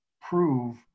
prove